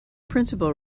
principal